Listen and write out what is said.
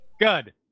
Good